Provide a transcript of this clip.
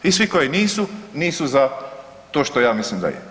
I svi koji nisu, nisu za to što ja mislim da je.